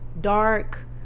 Dark